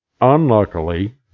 Unluckily